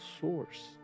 source